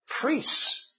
priests